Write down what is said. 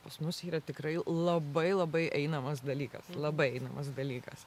pas mus yra tikrai labai labai einamas dalykas labai einamas dalykas